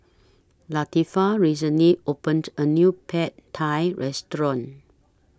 Latifah recently opened A New Pad Thai Restaurant